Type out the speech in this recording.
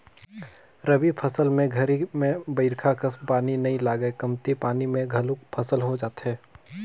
रबी फसल के घरी में बईरखा कस पानी नई लगय कमती पानी म घलोक फसल हो जाथे